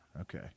Okay